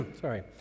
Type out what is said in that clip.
Sorry